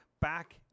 back